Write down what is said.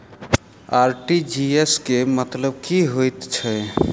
RTGS केँ मतलब की हएत छै?